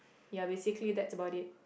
ya basically that's about it